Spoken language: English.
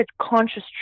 conscious